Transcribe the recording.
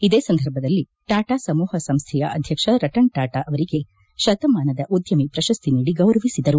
ಇದೇ ಸಂದರ್ಭದಲ್ಲಿ ಟಾಟಾ ಸಮೂಹ ಸಂಸ್ಥೆಯ ಅಧ್ವಕ್ಷ ರತನ್ ಟಾಟಾ ಅವರಿಗೆ ತತಮಾನದ ಉದ್ಯಮಿ ಪ್ರಶಸ್ತಿ ನೀಡಿ ಗೌರವಿಸಿದರು